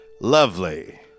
lovely